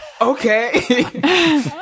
okay